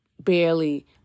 barely